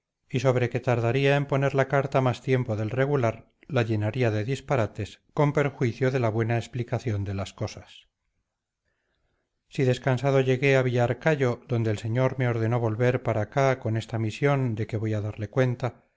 y sobre que tardaría en poner la carta más tiempo del regular la llenaría de disparates con perjuicio de la buena explicación de las cosas si descansado llegué a villarcayo donde el señor me ordenó volver para acá con esta misión de que voy a darle cuenta